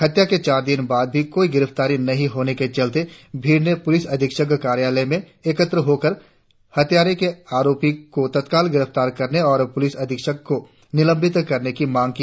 हत्या के चार दिन बाद भी कोई गिरफ्तारी नही होने के चलते भीड़ में पुलिस अधिक्षक कार्यालय में एकत्र होकर हत्या के आरोपी को तत्काल गिरफ्तार करने और पुलिस अधिक्षक को निलंबित करने की मांग की